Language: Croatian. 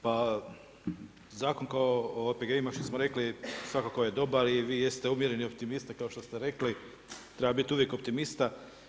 Pa zakon kao o OPG-ima kao što smo rekli svakako je dobar i vi jeste uvjereni optimista kao što ste rekli, treba biti uvijek optimista.